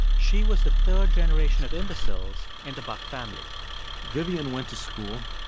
she was the third generation of imbeciles in the buck family vivian went to school.